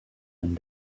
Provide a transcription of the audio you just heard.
and